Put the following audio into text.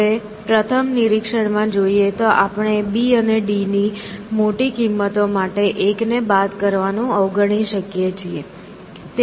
હવે પ્રથમ નિરીક્ષણમાં જોઈએ તો આપણે b અને d ની મોટી કિંમત માટે 1 ને બાદ કરવાનું અવગણી શકીએ છીએ